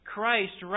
Christ